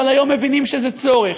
אבל היום מבינים שזה צורך.